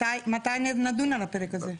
מתי נדון על הפרק הזה?